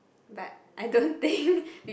but I don't think